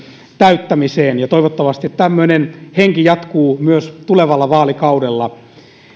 täyttämiseen ja toivottavasti tämmöinen henki jatkuu myös tulevalla vaalikaudella puhemies